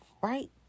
right